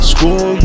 School